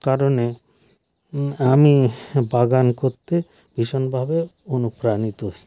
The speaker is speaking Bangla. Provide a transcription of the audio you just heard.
কারণে আমি বাগান করতে ভীষণভাবে অনুপ্রাণিত